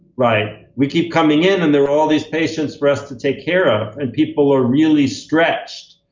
right? we keep coming in and there are all these patients for us to take care. ah and people are really stretched.